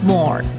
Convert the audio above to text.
More